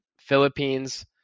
Philippines